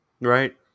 right